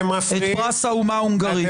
תכף תקבל את פרס האומה ההונגרית.